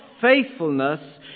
faithfulness